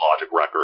record